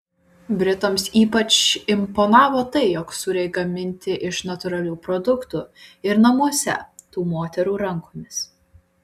britams ypač imponavo tai jog sūriai gaminti iš natūralių produktų ir namuose tų moterų rankomis